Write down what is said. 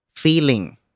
feeling